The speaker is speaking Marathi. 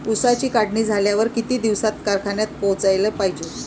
ऊसाची काढणी झाल्यावर किती दिवसात कारखान्यात पोहोचला पायजे?